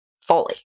fully